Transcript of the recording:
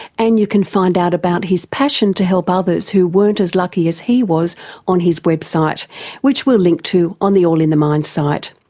and you can find out about his passion to help others who weren't as lucky as he was on his website which we'll link to on the all in the mind site.